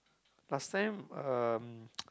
last time um